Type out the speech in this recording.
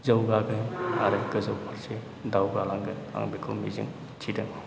जौगागोन आरो गोजोन फारसे दावगालांगोन आं बेखौ मिजिंथिदों